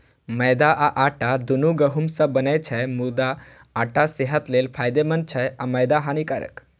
मैदा आ आटा, दुनू गहूम सं बनै छै, मुदा आटा सेहत लेल फायदेमंद छै आ मैदा हानिकारक